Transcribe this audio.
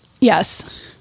Yes